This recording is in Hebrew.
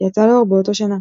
שיצא לאור באותו שנה.